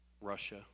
Russia